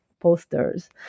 posters